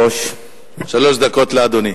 שלוש דקות לאדוני.